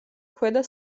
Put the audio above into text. ქვედა